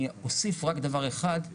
אני אוסיף רק דבר אחד.